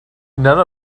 none